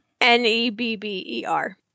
N-E-B-B-E-R